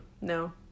No